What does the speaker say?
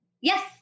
yes